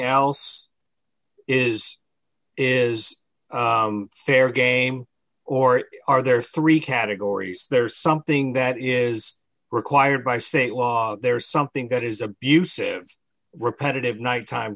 else is is is fair game or are there three categories there is something that is required by state law there is something that is abusive repetitive night time